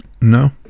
No